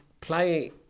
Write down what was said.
play